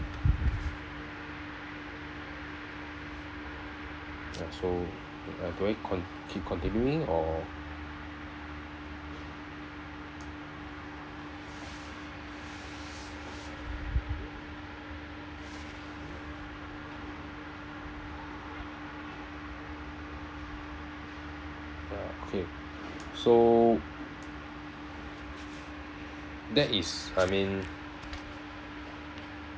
ya so uh do I con~ keep continuing or ya okay so that is I mean